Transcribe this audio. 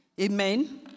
Amen